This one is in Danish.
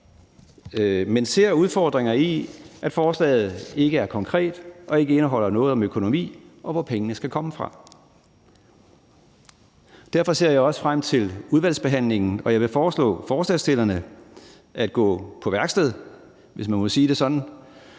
men ser udfordringer i, at forslaget ikke er konkret og ikke indeholder noget om økonomi, og hvor pengene skal komme fra. Derfor ser jeg også frem til udvalgsbehandlingen, og jeg vil foreslå forslagsstillerne at gå på værksted, hvis man må sige det sådan,